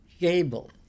Gable